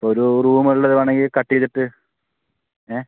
ഒരു റൂമുള്ളത് വേണമെങ്കിൽ കട്ട് ചെയ്തിട്ട് ഏ